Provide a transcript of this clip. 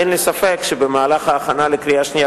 אין לי ספק שבמהלך ההכנה לקריאה שנייה